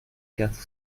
quatre